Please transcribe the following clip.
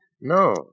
No